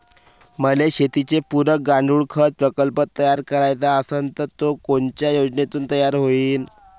मले शेतीले पुरक गांडूळखत प्रकल्प तयार करायचा असन तर तो कोनच्या योजनेतून तयार होईन?